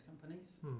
companies